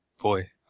boy